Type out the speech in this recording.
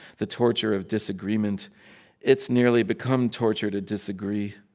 the torture of disagreement it's nearly become torture to disagree.